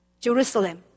Jerusalem